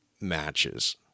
matches